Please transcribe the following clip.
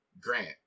Grant